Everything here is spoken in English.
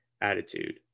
attitude